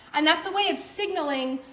and that's a way of signaling,